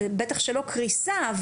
בטח שלא קריסה,